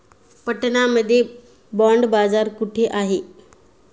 पटना मध्ये बॉंड बाजार कुठे आहे?